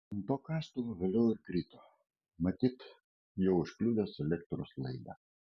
ant to kastuvo vėliau ir krito matyt juo užkliudęs elektros laidą